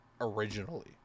originally